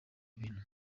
ibintu